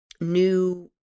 new